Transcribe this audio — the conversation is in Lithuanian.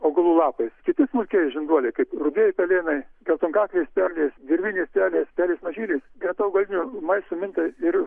augalų lapais kiti smulkieji žinduoliai kaip rudieji pelėnai geltonkaklės pelės dirvinės pelės pelės mažylės greta augalinio maisto minta ir